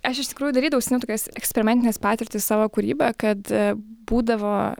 aš iš tikrųjų darydavau seniau tokias eksperimentines patirtis savo kūryboje kad būdavo